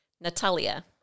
Natalia